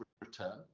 return